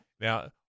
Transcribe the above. Now